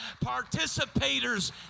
Participators